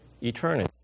eternity